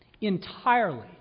entirely